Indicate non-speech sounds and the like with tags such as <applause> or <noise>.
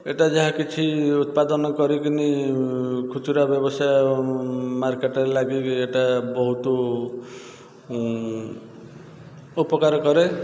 ଏଇଟା ଯାହାକିଛି ଉତ୍ପାଦନ କରିକିନି ଖୁଚୁରା ବ୍ୟବସାୟ ମାର୍କେଟ୍ରେ <unintelligible> ଏଟା ବହୁତ ଉପକାର କରେ